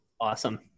awesome